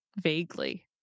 vaguely